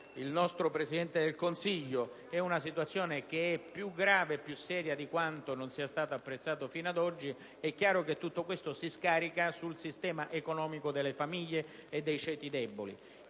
il nostro Presidente del Consiglio, è più grave e seria di quanto non sia stato apprezzato fino ad ora, tutto questo si scarica sul sistema economico delle famiglie e dei ceti deboli,